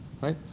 right